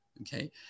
Okay